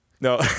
No